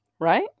Right